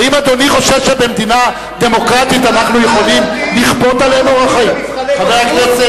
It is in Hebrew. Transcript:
האם אדוני חושב שבמדינה דמוקרטית אנחנו יכולים לכפות עליהם אורח חיים?